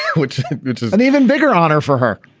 yeah which which is an even bigger honor for her.